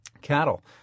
cattle